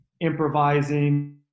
improvising